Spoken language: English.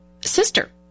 sister